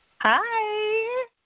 Hi